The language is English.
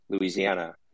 Louisiana